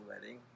wedding